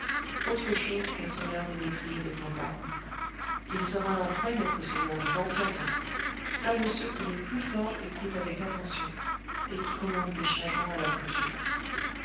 autre chose qu'un sonneur ménétrier de campagne il sera un vrai maître sonneur des anciens temps un de ceux que les plus forts écoutent avec attention et qui commandent des changements à la coutume